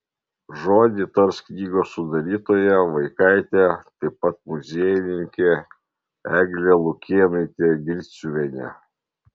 žodį tars knygos sudarytoja vaikaitė taip pat muziejininkė eglė lukėnaitė griciuvienė